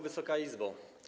Wysoka Izbo!